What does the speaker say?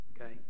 Okay